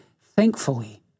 thankfully